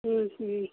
हूं हूं